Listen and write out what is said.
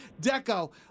Deco